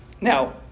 Now